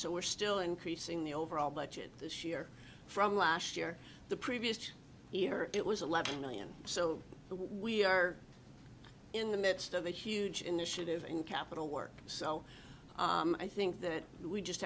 so we're still increasing the overall budget this year from last year the previous year it was eleven million so we are in the midst of a huge initiative in capital work so i think that we just